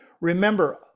remember